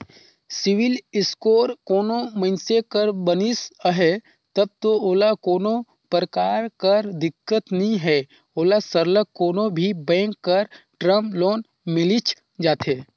CIBIL score कोनो मइनसे कर बनिस अहे तब दो ओला कोनो परकार कर दिक्कत नी हे ओला सरलग कोनो भी बेंक कर टर्म लोन मिलिच जाथे